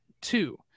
Two